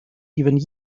even